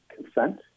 consent